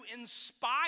inspire